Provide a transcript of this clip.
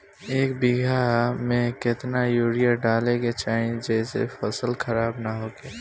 एक बीघा में केतना यूरिया डाले के चाहि जेसे फसल खराब ना होख?